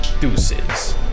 Deuces